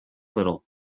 little